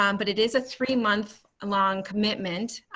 um but it is a three month long commitment